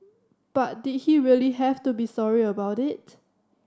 but did he really have to be sorry about it